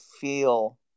feel